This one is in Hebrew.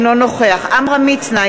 אינו נוכח עמרם מצנע,